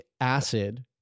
acid